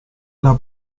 era